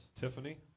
Tiffany